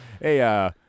hey